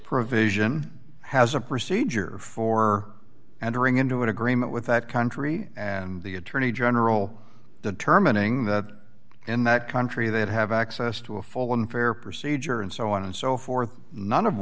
provision has a procedure for entering into an agreement with that country and the attorney general determining that in that country that have access to a full one fair procedure and so on and so forth none of